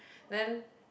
then